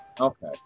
Okay